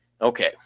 Okay